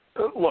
Look